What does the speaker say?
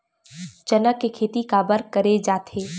चना के खेती काबर करे जाथे?